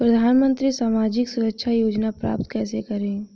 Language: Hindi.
प्रधानमंत्री सामाजिक सुरक्षा योजना प्राप्त कैसे करें?